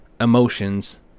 emotions